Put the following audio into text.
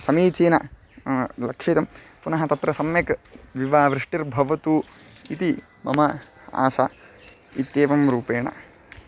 समीचीनं लक्षितं पुनः तत्र सम्यक् विवा वृष्टिर्भवतु इति मम आशा इत्येवं रूपेण